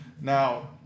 Now